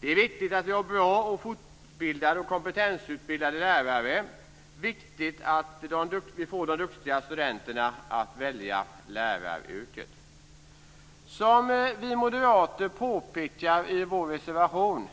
Det är viktigt att vi har bra fortbildade och kompetensutbildade lärare, och det är viktigt att vi får de duktiga studenterna att välja läraryrket. Som vi moderater påpekar i vår reservation